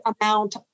amount